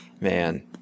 man